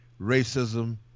racism